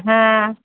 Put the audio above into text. হ্যাঁ